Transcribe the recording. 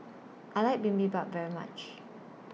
I like Bibimbap very much